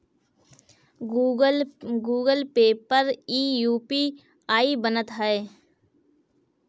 Google Pay पर इ UPI बनत हअ